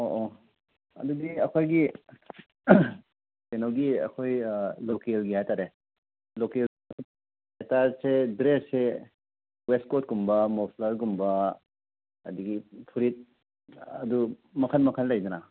ꯑꯣ ꯑꯣ ꯑꯗꯨꯗꯤ ꯑꯩꯈꯣꯏꯒꯤ ꯀꯩꯅꯣꯒꯤ ꯑꯩꯈꯣꯏ ꯂꯣꯀꯦꯜꯒꯤ ꯍꯥꯏꯇꯔꯦ ꯂꯣꯀꯦꯜ ꯇꯥꯏꯗꯁꯦ ꯗ꯭ꯔꯦꯁꯁꯦ ꯋꯦꯁꯀꯣꯠ ꯀꯨꯝꯕ ꯃꯐ꯭ꯂꯔꯒꯨꯝꯕ ꯑꯗꯒꯤ ꯐꯨꯔꯤꯠ ꯑꯗꯨ ꯃꯈꯟ ꯃꯈꯟ ꯂꯩꯗꯅ